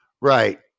Right